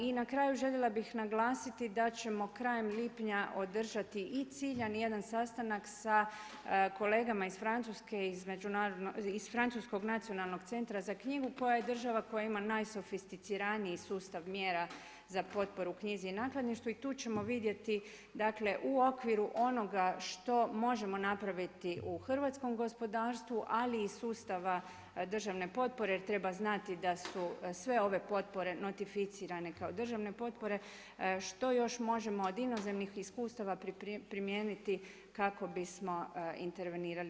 I na kraju željela bih naglasiti da ćemo krajem lipnja održati ciljani jedan sastanak sa kolegama iz Francuske iz Francuskom nacionalnog centra za knjigu koja je država koja ima najsofisticiraniji sustav mjera za potporu knjizi i nakladništvu i tu ćemo vidjeti u okviru onoga što možemo napraviti u hrvatskom gospodarstvu, ali i sustava državne potpore jer treba znati da su sve ove potpore notificirane kao državne potpore, što još možemo od inozemnih iskustava primijeniti kako bismo intervenirali.